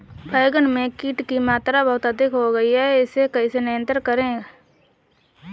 बैगन में कीट की मात्रा बहुत अधिक हो गई है इसे नियंत्रण कैसे करें?